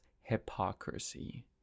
hypocrisy